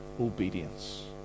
obedience